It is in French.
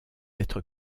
être